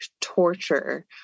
torture